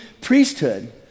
priesthood